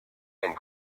and